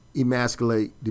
emasculate